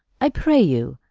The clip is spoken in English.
i pray you,